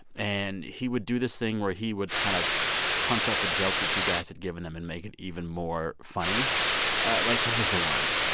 and he would do this thing where he would kind of punch up a joke that you guys had given him and make it even more funny like, what was the one?